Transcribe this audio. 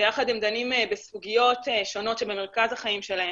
ויחד הם דנים בסוגיות שונות שבמרכז החיים שלהם.